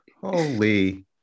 Holy